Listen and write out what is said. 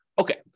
Okay